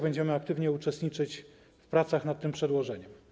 Będziemy aktywnie uczestniczyć w pracach nad tym przedłożeniem.